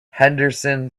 henderson